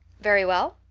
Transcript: very well.